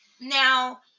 now